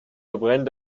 verbrennt